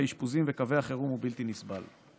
האשפוזים וקווי החירום הוא בלתי נסבל.